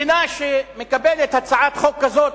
מדינה שמקבלת הצעת חוק כזאת